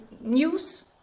news